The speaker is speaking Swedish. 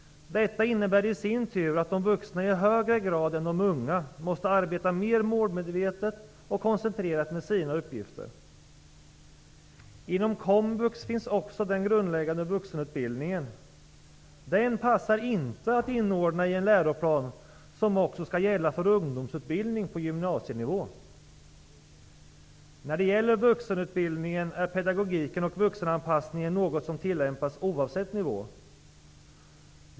Detta innebär i sin tur att de vuxna i högre grad än de unga måste arbeta mer målmedvetet och koncentrerat med sina uppgifter. Inom komvux finns också den grundläggande vuxenutbildningen. Den passar inte att inordna i en läroplan som också skall gälla för ungdomsutbildning på gymnasienivå. När det gäller vuxenutbildningen är pedagogiken och vuxenanpassningen något som tillämpas oavsett nivå.